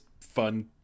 fun